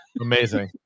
Amazing